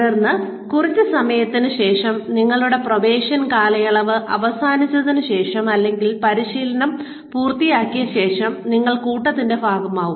തുടർന്ന് കുറച്ച് സമയത്തിന് ശേഷം നിങ്ങളുടെ പ്രൊബേഷൻ കാലയളവ് അവസാനിച്ചതിന് ശേഷം അല്ലെങ്കിൽ പരിശീലനം പൂർത്തിയാക്കിയ ശേഷം നിങ്ങൾ കൂട്ടത്തിന്റെ ഭാഗമാകും